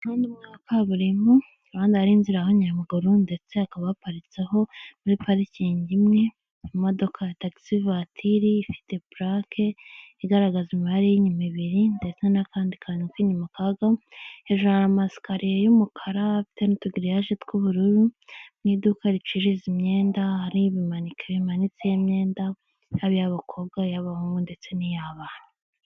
Umuhanda umwe wa kaburimbo kuruhande hari n'inzira y'abanyamaguru, ndetse hakaba haparitse muri parikingi imwe imodoka ya taxi voiture ifite plaque igaragaza imibare y'inyuma ibiri. Ndetse n'akandi kantu kinyuma kaka hejuru, nama esikaliye y'umukara, n'utugiriyaje tw'ubururu. Mu iduka ricuruza imyenda. Ibimaneke bimanitse, imyenda y'abakobwa, y'abahungu ndetse n'iyabaha.